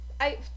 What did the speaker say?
I-